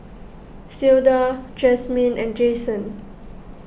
Clyda Jasmine and Jayson